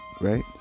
right